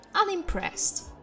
unimpressed